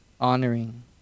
honoring